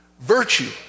Virtue